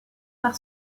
par